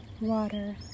water